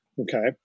okay